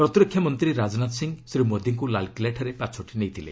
ପ୍ରତିରକ୍ଷା ମନ୍ତ୍ରୀ ରାଜନାଥ ସିଂହ ଶ୍ରୀ ମୋଦିଙ୍କୁ ଲାଲ୍କିଲ୍ଲାଠାରେ ପାଛୋଟି ନେଇଥିଲେ